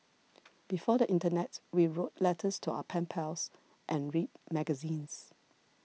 before the internet we wrote letters to our pen pals and read magazines